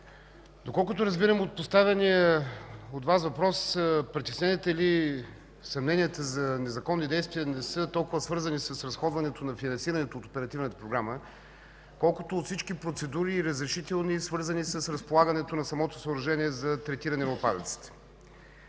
доколкото разбирам от поставения от Вас въпрос, притесненията или съмненията за незаконни действия не са толкова свързани с разходването и финансирането от Оперативната програма, колкото от всички процедури и разрешителни, свързани с разполагането на самото съоръжение за третиране на отпадъци.